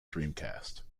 dreamcast